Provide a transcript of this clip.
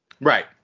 Right